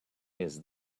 his